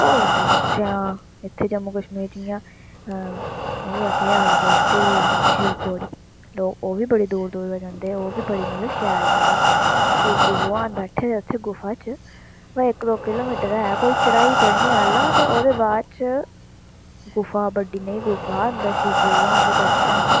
होर कुत्थें इत्थें आं इत्थें जम्मू कश्मीर जियां ओह् ऐ केह् आखदे उसी शिवखोड़ी लोक ओह् बी बड़ी दूर दूर दा जन्दे ओह् बी बड़ी मतलब शैल जगह् शिवजी भगवान बैठे दे उत्थै गुफा च ओह् इक दी किलो मीटर ऐ कोई चढ़ाई चढ़ने आह्ला ते ओह्दे बाद च गुफा बड्डी नेही गुफा अंदर शिवजी भगवान दे दर्शन न